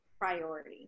priority